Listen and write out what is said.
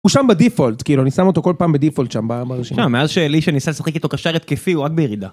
הוא שם בדפולט, כאילו, אני שם אותו כל פעם בדפולט שם ברשימה. שמע, מאז שאלישע ניסה לשחק איתו קשר התקפי, הוא רק בירידה.